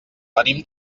venim